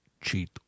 cheat